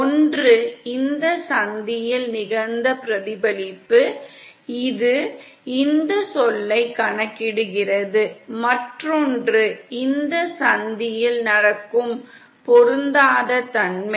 ஒன்று இந்தச் சந்தியில் நிகழ்ந்த பிரதிபலிப்பு இது இந்தச் சொல்லைக் கணக்கிடுகிறது மற்றொன்று இந்தச் சந்தியில் நடக்கும் பொருந்தாத தன்மை